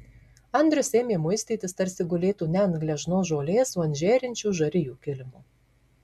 andrius ėmė muistytis tarsi gulėtų ne ant gležnos žolės o ant žėrinčių žarijų kilimo